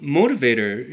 motivator